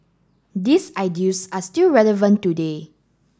these ideals are still relevant today